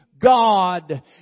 God